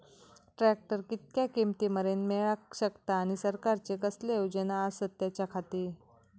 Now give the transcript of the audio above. Tractor कितक्या किमती मरेन मेळाक शकता आनी सरकारचे कसले योजना आसत त्याच्याखाती?